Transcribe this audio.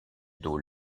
dos